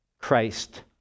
Christ